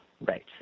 Right